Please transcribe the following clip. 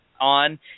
on